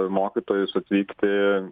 mokytojus atvykti